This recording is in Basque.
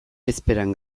bezperan